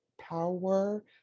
power